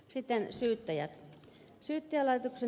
sitten luku syyttäjät